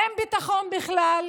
אין ביטחון בכלל,